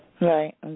Right